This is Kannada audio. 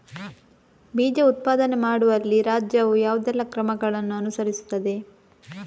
ಬೀಜ ಉತ್ಪಾದನೆ ಮಾಡುವಲ್ಲಿ ರಾಜ್ಯವು ಯಾವುದೆಲ್ಲ ಕ್ರಮಗಳನ್ನು ಅನುಕರಿಸುತ್ತದೆ?